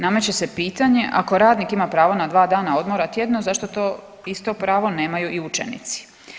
Nameće se pitanje ako radnik ima pravo na dva dana odmora tjedno zašto to isto pravo nemaju i učenici?